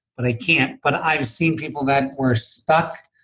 but i can't, but i've seen people that were stuck